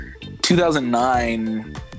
2009